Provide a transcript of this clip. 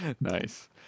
nice